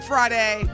Friday